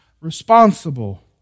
responsible